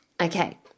Okay